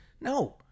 No